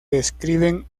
describen